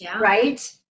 right